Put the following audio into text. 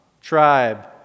tribe